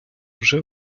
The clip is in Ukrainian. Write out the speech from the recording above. вже